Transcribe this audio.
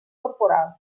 corporal